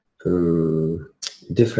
different